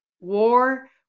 war